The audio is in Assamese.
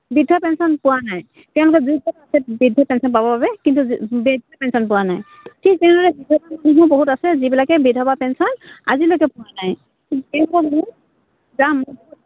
বৃদ্ধ পেঞ্চন পোৱা নাই তেওঁলোকে যুঁজি আছে বৃদ্ধ পেঞ্চন পাবৰ বাবে কিন্তু বৃদ্ধ পেঞ্চন পোৱা নাই ঠিক তেনেদৰে বিধৱা মানুহো বহুত আছে যিবিলাকে বিধৱা পেঞ্চন আজিলৈকে পোৱা নাই যাম